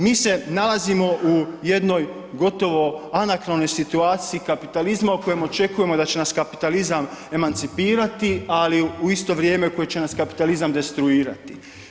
Mi se nalazimo u jednoj gotovo anakronoj situaciji kapitalizma u kojemu očekujemo da će nas kapitalizam emancipirati ali u isto vrijeme u kojem će nas kapitalizam destruirati.